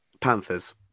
Panthers